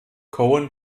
cohen